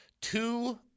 Two